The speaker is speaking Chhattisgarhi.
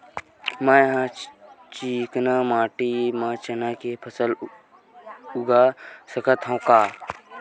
मै ह चिकना माटी म चना के फसल उगा सकथव का?